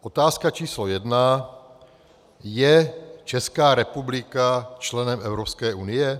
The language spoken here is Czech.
Otázka číslo jedna: Je Česká republika členem Evropské unie?